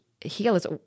healers